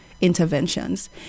interventions